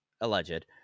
alleged